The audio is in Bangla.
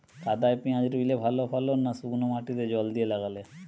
কাদায় পেঁয়াজ রুইলে ভালো ফলন না শুক্নো মাটিতে জল দিয়ে লাগালে?